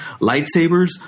Lightsabers